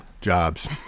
jobs